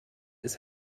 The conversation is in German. ist